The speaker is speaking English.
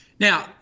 Now